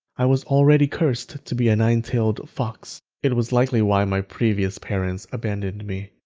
i was already cursed to be a nine-tailed fox. it was likely why my previous parents abandoned me.